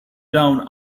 down